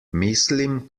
mislim